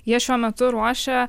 jie šiuo metu ruošia